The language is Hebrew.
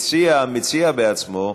המציע מציע בעצמו,